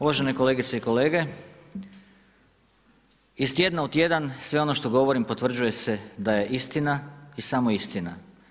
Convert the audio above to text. Uvažene kolegice i kolege iz tjedna u tjedna sve ono što govorim potvrđuje se da je istina i samo istina.